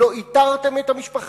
אם לא איתרתם את המשפחה,